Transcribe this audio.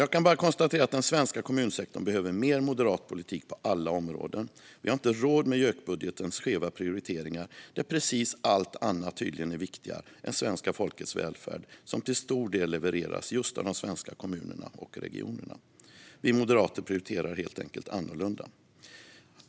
Jag kan bara konstatera att den svenska kommunsektorn behöver mer moderat politik på alla områden. Vi har inte råd med JÖK-budgetens skeva prioriteringar där precis allt annat tydligen är viktigare än svenska folkets välfärd, som till stor del levereras av just de svenska kommunerna och regionerna. Vi moderater prioriterar helt enkelt annorlunda.